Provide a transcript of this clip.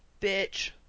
bitch